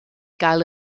gael